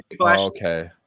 okay